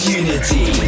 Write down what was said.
unity